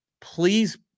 please